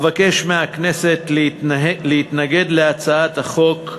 אבקש מהכנסת להתנגד להצעת החוק.